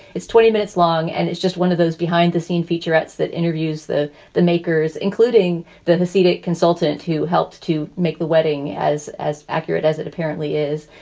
it's twenty minutes long and it's just one of those behind the scenes featurettes that interviews the the makers, including the hasidic consultant who helped to make the wedding as as accurate as it apparently is.